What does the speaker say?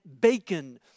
bacon